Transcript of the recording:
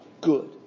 good